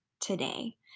today